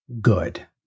good